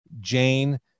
Jane